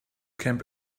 camp